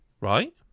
Right